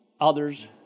others